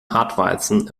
hartweizen